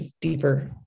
deeper